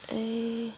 ए